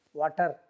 water